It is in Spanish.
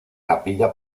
capilla